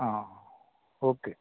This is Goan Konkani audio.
आं ओके